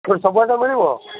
ସବୁଆଟା ମିଳିବ